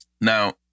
now